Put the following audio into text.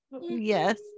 yes